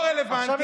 אני מצפה לראות